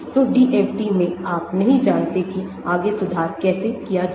तो DFT में आप नहीं जानते कि आगे सुधार कैसे किया जाए